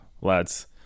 lads